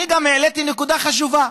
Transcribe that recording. אני גם העליתי נקודה חשובה: